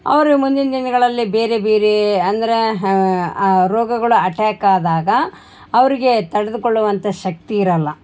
ಅವರು ಮುಂದಿನ ದಿನಗಳಲ್ಲಿ ಬೇರೆ ಬೇರೆ ಅಂದರೆ ರೋಗಗಳು ಅಟ್ಯಾಕ್ ಆದಾಗ ಅವ್ರಿಗೆ ತಡೆದುಕೊಳ್ಳುವಂಥ ಶಕ್ತಿ ಇರೊಲ್ಲ